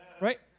right